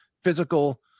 physical